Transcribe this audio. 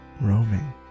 roaming